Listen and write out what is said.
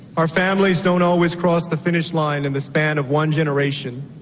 our families don't always cross the finish line in the span of one generation,